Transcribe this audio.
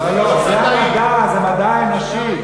לא לא, זה המדע, זה מדע אנושי.